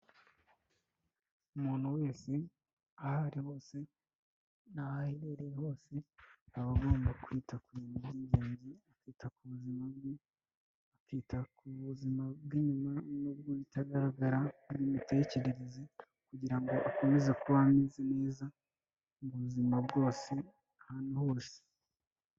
Umuntu wese, aho ari hose n'aho aherereye hose, aba agomba kwita ku bintu by'ingenzi, kwita ku buzima bwe, akita ku buzima bw'inyuma n'ubutagaragara n'imitekerereze kugira ngo akomeze kuba ameze neza, mu buzima bwose ahantu hose.